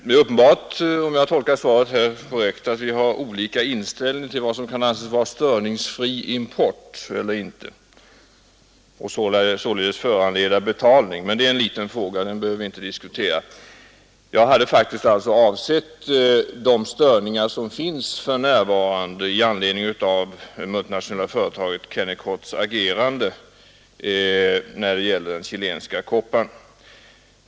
Det är uppenbart att vi har olika uppfattningar om vad som kan anses vara störningsfri import — men det är en liten fråga; den behöver vi inte diskutera. Jag avsåg de störningar som för närvarande förekommer med anledning av det multinationella företaget Kennecotts agerande när det gäller den chilenska kopparn.